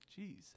Jeez